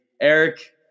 Eric